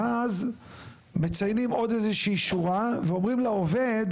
ואז מציינים עוד איזה שהיא שורה ואומרים לעובד